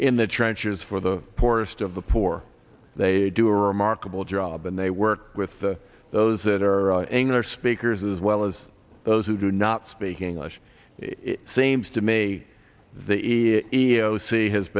in the trenches for the poorest of the poor they do a remarkable job and they work with those that are english speakers as well as those who do not speak english it seems to me the e e o c has